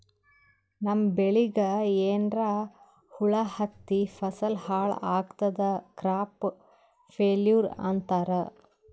ನಮ್ಮ್ ಬೆಳಿಗ್ ಏನ್ರಾ ಹುಳಾ ಹತ್ತಿ ಫಸಲ್ ಹಾಳ್ ಆಗಾದಕ್ ಕ್ರಾಪ್ ಫೇಲ್ಯೂರ್ ಅಂತಾರ್